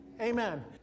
Amen